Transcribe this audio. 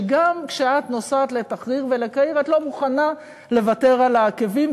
שגם כשאת נוסעת לתחריר ולקהיר את לא מוכנה לוותר על העקבים,